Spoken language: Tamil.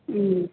ம்